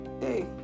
Hey